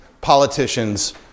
politicians